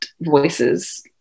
voices